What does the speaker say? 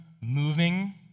moving